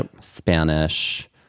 Spanish